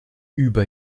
über